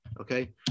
okay